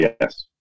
Yes